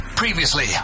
Previously